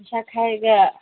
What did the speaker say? ꯄꯩꯁꯥ ꯈꯥꯏꯔꯒ